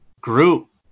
group